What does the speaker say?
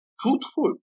truthful